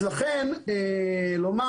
לכן לומר,